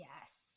Yes